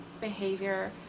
behavior